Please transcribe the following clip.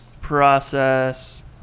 process